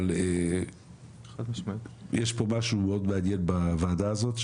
אבל יש פה משהו מאוד מעניין בוועדה הזאת,